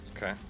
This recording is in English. Okay